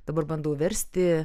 dabar bandau versti